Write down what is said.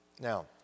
Now